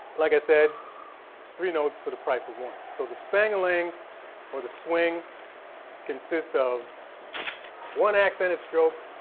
like i said it's three notes for the price of one. so the spang-a-lang or the swing consists of one accented stroke,